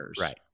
Right